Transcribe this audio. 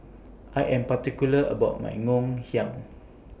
I Am particular about My Ngoh Hiang